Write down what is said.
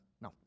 No